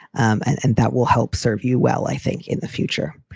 and that will help serve you well, i think in the future.